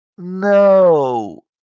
No